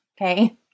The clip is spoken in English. okay